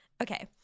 Okay